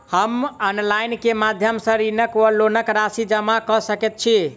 हम ऑनलाइन केँ माध्यम सँ ऋणक वा लोनक राशि जमा कऽ सकैत छी?